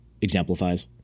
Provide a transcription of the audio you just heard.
exemplifies